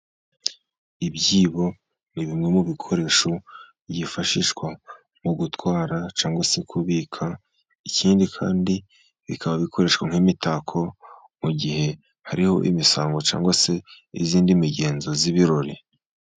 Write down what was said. Ibyibo ni bimwe mu bikoresho byifashishwa mu gutwara, cyangwa se kubika, ikindi kandi bikaba bikoreshwa nk'imitako, mu gihe hariho imisango, cyangwa se iyindi migenzo y'ibirori.